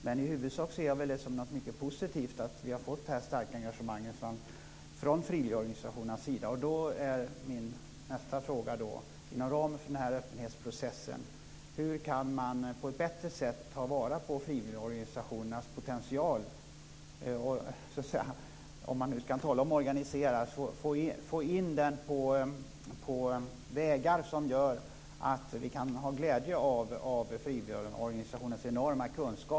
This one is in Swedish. Men i huvudsak ser jag det som något positivt att vi har fått ett starkt engagemang från frivilligorganisationernas sida. Då är min nästa fråga: Hur kan man inom ramen för en öppenhetsprocess på ett bättre sätt ta vara på frivilligorganisationernas potential? Om man nu ska tala om att organisera, hur ska man komma in på vägar som gör att man kan få glädje av frivilligorganisationernas enorma kunskap?